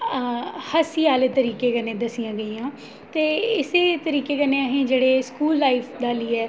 अऽ हस्सी आह्ले तरीके कन्नै दस्सियां गेइयां ते इस्सै तरीके कन्नै अ'हेंई जेह्ड़े स्कूल लाईफ दा लेइयै